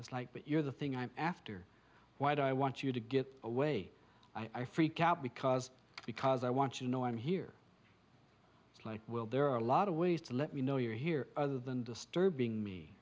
it's like that you're the thing i'm after why do i want you to get away i freak out because because i want to know i'm here it's like well there are a lot of ways to let me know you're here other than disturbing me